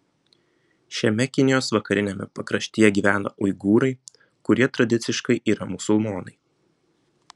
šiame kinijos vakariniame pakraštyje gyvena uigūrai kurie tradiciškai yra musulmonai